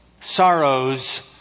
sorrows